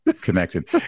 connected